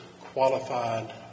qualified